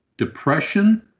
depression,